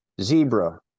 zebra